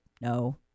No